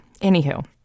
Anywho